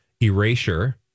Erasure